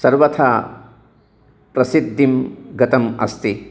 सर्वथा प्रसिद्धिं गतम् अस्ति